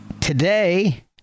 today